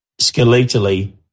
skeletally